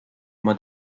oma